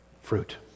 fruit